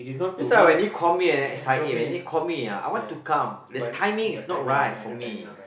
that's why when they call me at S_I_A man they call me ah I want to come the timing is not right for me